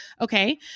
Okay